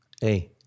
hey